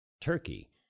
Turkey